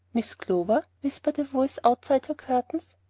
miss clover, whispered a voice outside her curtains,